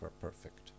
perfect